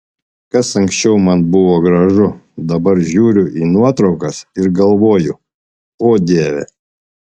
kas anksčiau man buvo gražu dabar žiūriu į nuotraukas ir galvoju o dieve